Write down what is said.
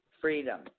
Freedom